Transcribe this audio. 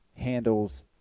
handles